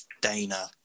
Dana